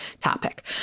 topic